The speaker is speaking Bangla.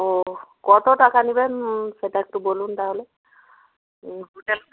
ও কত টাকা নেবেন সেটা একটু বলুন তাহলে হোটেলটা